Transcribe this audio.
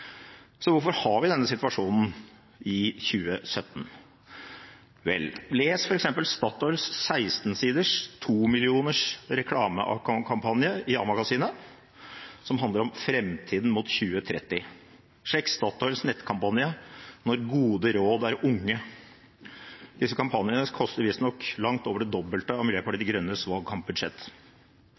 Så hvorfor har vi denne situasjonen i 2017? Vel – les f.eks. Statoils 16-siders 2-millioners reklamekampanje i A-magasinet, som handler om framtiden mot 2030, og sjekk Statoils nettkampanje Når gode råd er unge. Disse kampanjene koster visst nok langt over det dobbelte av Miljøpartiet De Grønnes valgkampbudsjett.